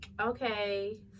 okay